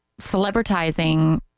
celebritizing